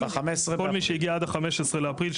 כל מיש הגיע עד ה-15 באפריל,